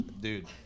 Dude